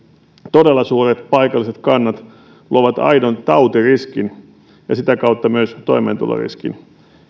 todella suuret paikalliset kannat luovat aidon tautiriskin ja sitä kautta myös toimeentuloriskin